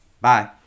Bye